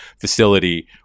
facility